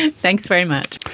and thanks very much.